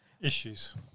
issues